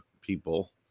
people